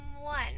One